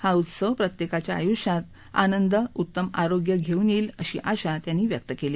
हा उत्सव प्रत्येकाच्या आयुष्यात आनंद उत्तम आरोग्य घेऊन येईल अशी आशा त्यांनी व्यक्त केली